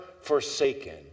forsaken